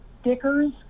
stickers